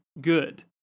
good